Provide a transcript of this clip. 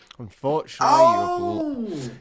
Unfortunately